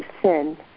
sin